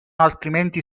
altrimenti